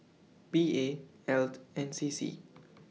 P A Eld and C C